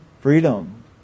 Freedom